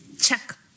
check